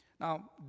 Now